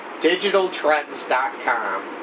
digitaltrends.com